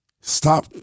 stop